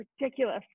Ridiculous